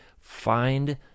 Find